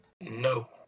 No